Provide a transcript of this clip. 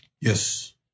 Yes